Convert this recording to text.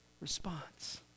response